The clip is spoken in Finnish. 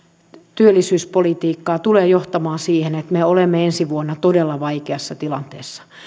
työllisyyspolitiikkaan tulee johtamaan siihen että me olemme ensi vuonna todella vaikeassa tilanteessa